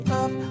up